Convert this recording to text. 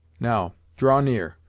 now, draw near,